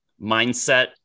mindset